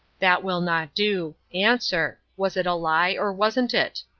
that will not do. answer. was it a lie, or wasn't it?